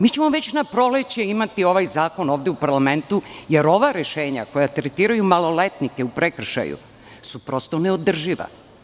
Mi ćemo već na proleće imati ovaj zakon ovde u parlamentu, jer ova rešenja koja tretiraju maloletnike u prekršaju su prosto neodrživa.